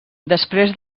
després